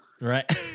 Right